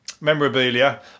memorabilia